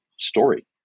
story